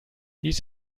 dies